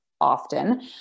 often